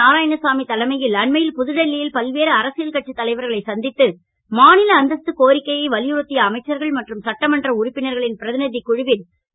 நாராயணசாமி தலைமை ல் அண்மை ல் புதுடில்லி ல் பல்வேறு அரசியல் கட்சித் தலைவர்களை சந் த்து மா ல அந்தஸ்து கோரிக்கையை வலியுறுத் ய அமைச்சர்கள் மற்றும் சட்டமன்ற உறுப்பினர்களின் பிர க் குழுவில் கு